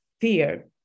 fear